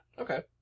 Okay